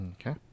Okay